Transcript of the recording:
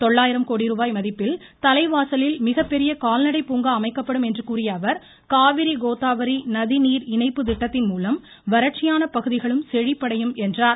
தொள்ளாயிரம் கோடி ரூபாய் மதிப்பில் தலைவாசலில் மிகப்பெரிய கால்நடை பூங்கா அமைக்கப்படும் என்று கூறியஅவர் காவிரி கோதாவரி நதிநீர் இணைப்பு திட்டத்தின்மூலம் வறட்சியான பகுதிகளும் செழிப்படையும் என்றார்